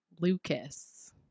Lucas